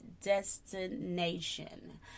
destination